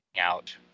out